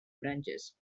branches